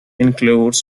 includes